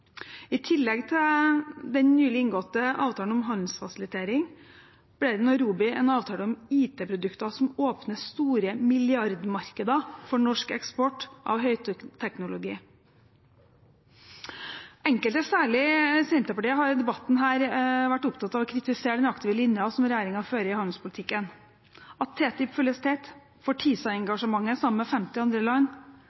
I tillegg til den nylig inngåtte avtalen om handelsfasilitering ble det i Nairobi en avtale om IT-produkter som åpner store milliardmarkeder for norsk eksport av høyteknologi. Enkelte, særlig Senterpartiet, har i denne debatten vært opptatt av å kritisere den aktive linjen som regjeringen fører i handelspolitikken, at TTIP